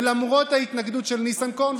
ולמרות ההתנגדות של ניסנקורן,